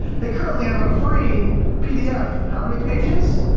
they currently have a free pdf. how many pages?